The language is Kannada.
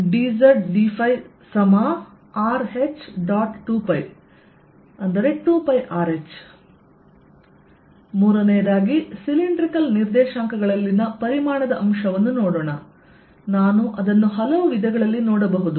2π2πRh ಮೂರನೆಯದಾಗಿ ಸಿಲಿಂಡ್ರಿಕಲ್ ನಿರ್ದೇಶಾಂಕಗಳಲ್ಲಿನ ಪರಿಮಾಣದ ಅಂಶವನ್ನು ನೋಡೋಣ ನಾನು ಅದನ್ನು ಹಲವು ವಿಧಗಳಲ್ಲಿ ನೋಡಬಹುದು